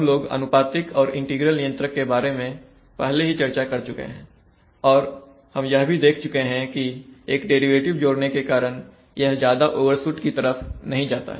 हम लोग अनुपातिक और इंटीग्रल नियंत्रक के बारे में पहले ही चर्चा कर चुके हैं और हम यह भी देख चुके है कि एक डेरिवेटिव जोड़ने के कारण यह ज्यादा ओवरशूट की तरफ नहीं जाता है